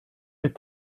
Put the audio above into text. est